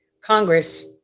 Congress